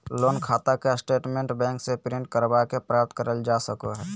loan खाता के statement bank से प्रिंट करवा के प्राप्त करल जा सको हय